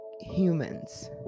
humans